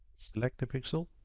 select the pixel